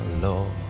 lord